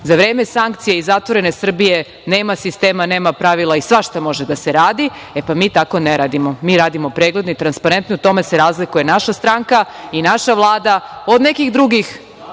za vreme sankcija i zatvorene Srbije, nema sistema, nema pravila i svašta može da se radi. E, pa mi tako ne radimo. Mi radimo pregledno i transparentno. U tome se razlikuje naša stranka i naša Vlada od nekih drugih